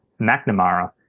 McNamara